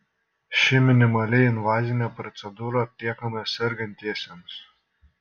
ši minimaliai invazinė procedūra atliekama sergantiesiems